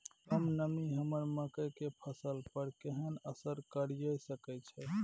कम नमी हमर मकई के फसल पर केहन असर करिये सकै छै?